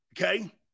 Okay